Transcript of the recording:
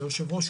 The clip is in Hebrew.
היושב-ראש,